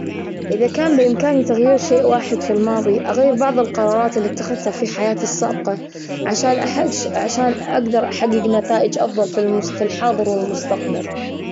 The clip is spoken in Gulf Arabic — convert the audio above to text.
إذا كان بإمكاني تغيير شيء واحد في الماضي، أغير بعض القرارات التي اتخذتها في حياتي السابقة، عشان عشان أقدر أحقق نتائج أفضل في المستق- الحاضر والمستقبل.